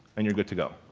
and you're good to go.